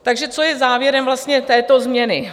Takže co je závěrem vlastně této změny?